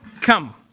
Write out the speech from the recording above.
Come